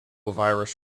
virus